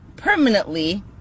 permanently